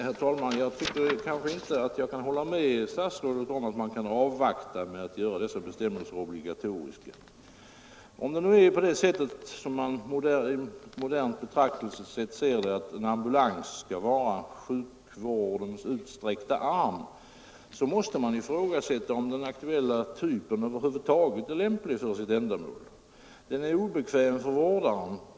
Herr talman! Jag vill inte hålla med herr statsrådet om att man kan avvakta med att göra dessa bestämmelser obligatoriska. Om man med ett modernt betraktelsesätt anser att en ambulans skall vara sjukvårdens utsträckta arm måste man ifrågasätta om den aktuella typen över huvud taget är lämplig för sitt ändamål. Den är obekväm för vårdaren.